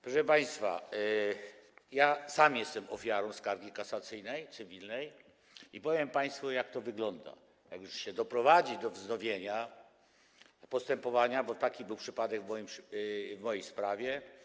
Proszę państwa, ja sam jestem ofiarą cywilnej skargi kasacyjnej i powiem państwu, jak to wygląda, jak już się doprowadzi do wznowienia postępowania, bo taki był przypadek w mojej sprawie.